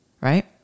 right